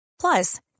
Plus